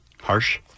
Harsh